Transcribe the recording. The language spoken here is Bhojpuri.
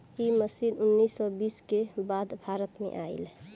इ मशीन उन्नीस सौ बीस के बाद भारत में आईल